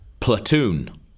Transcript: Platoon